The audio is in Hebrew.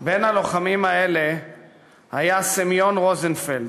בין הלוחמים האלה היה סמיון רוזנפלד.